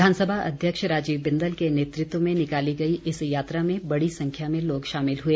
विधानसभा अध्यक्ष राजीव बिंदल के नेतृत्व में निकाली गई इस यात्रा में बड़ी संख्या में लोग शामिल हुए